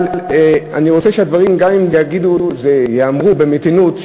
אבל גם אם הדברים ייאמרו במתינות,